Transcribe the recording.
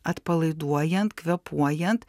atpalaiduojant kvėpuojant